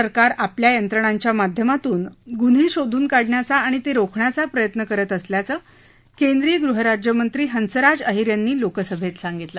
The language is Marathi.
सरकार आपल्या यंत्रणांच्या माध्यमातून गुन्हे शोधून काढण्याचा आणि ते रोखण्याचा प्रयत्न करत असल्याचं केंद्रीय गृह राज्यमंत्री हसंराज अहिर यांनी आज लोकसभेत सांगितलं